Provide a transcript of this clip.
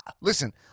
Listen